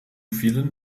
vielen